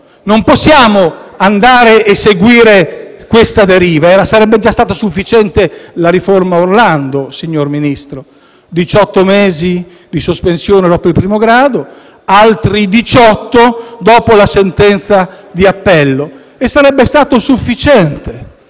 Non possiamo seguire questa deriva. Sarebbe già stata sufficiente la riforma Orlando, signor Ministro: diciotto mesi di sospensione dopo il primo grado e altri diciotto dopo la sentenza di appello. Ripeto, sarebbe stata sufficiente.